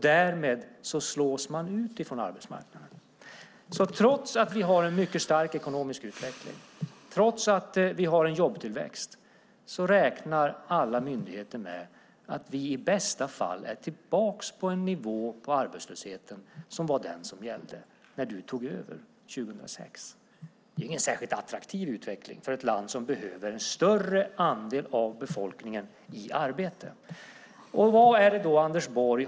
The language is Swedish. Därmed slås de ut från arbetsmarknaden. Trots att vi har en mycket stark ekonomisk utveckling, trots att vi har en jobbtillväxt, räknar alla myndigheter med att vi i bästa fall är tillbaka på en nivå på arbetslösheten som var den som gällde när Anders Borg tog över 2006. Det är ingen särskilt attraktiv utveckling för ett land som behöver en större andel av befolkningen i arbete. Vilka planer för framtiden har Anders Borg?